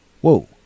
whoa